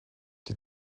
die